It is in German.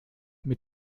mit